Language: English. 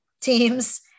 teams